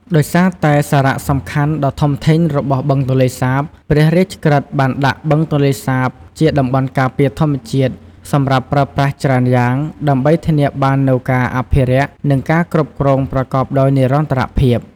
ដោយសារតែសារៈសំខាន់ដ៏ធំធេងរបស់បឹងទន្លេសាប ព្រះរាជក្រឹត្យបានដាក់បឹងទន្លេសាបជា តំបន់ការពារធម្មជាតិសម្រាប់ប្រើប្រាស់ច្រើនយ៉ាង ដើម្បីធានាបាននូវការអភិរក្ស និងការគ្រប់គ្រងប្រកបដោយនិរន្តរភាព។